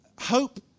Hope